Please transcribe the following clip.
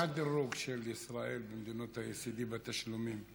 מה הדירוג של ישראל במדינות ה-OECD בתשלומים?